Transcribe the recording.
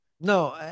No